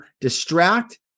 distract